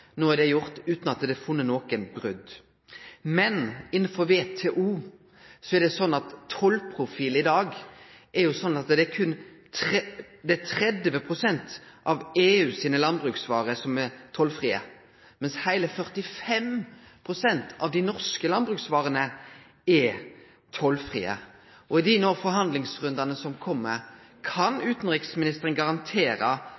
No er det gjort utan at det er funne noko brot. Innanfor WTO er tollprofilen slik i dag at det berre er 30 pst. av EU sine landbruksvarer som er tollfrie, mens heile 45 pst. av dei norske landbruksvarene er tollfrie. I dei forhandlingsrundane som